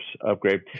upgrade